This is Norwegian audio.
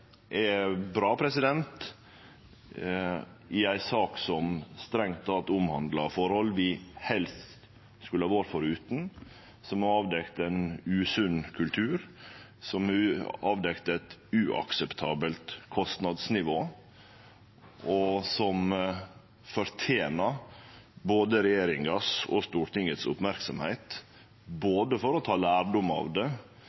er bra i ei sak som strengt teke omhandlar forhold vi helst skulle ha vore forutan, som har avdekt ein usunn kultur, som har avdekt eit uakseptabelt kostnadsnivå, og som fortener merksemd frå både regjeringa og Stortinget, for å ta lærdom av det,